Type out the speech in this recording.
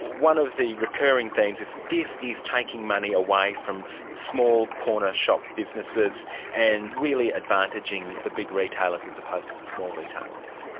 one of the recurring themes is this is taking money away from small cornershop businesses and really advantaging the big retailers as opposed to the and small retailers.